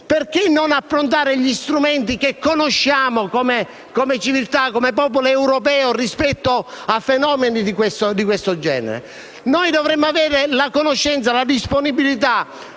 Perché non approntare gli strumenti che conosciamo come civiltà, come popolo europeo rispetto a fenomeni di siffatto genere? Dovremmo non solo conoscere le opportunità